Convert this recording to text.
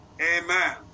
Amen